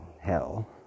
hell